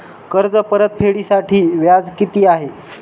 कर्ज परतफेडीसाठी व्याज किती आहे?